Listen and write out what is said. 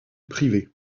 privée